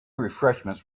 refreshments